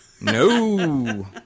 No